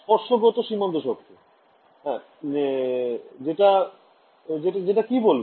স্পর্শক গত সীমান্ত শর্ত যেটা কি বলবে